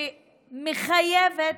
מקצועיות,